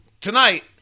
tonight